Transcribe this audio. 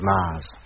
Mars